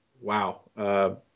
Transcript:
wow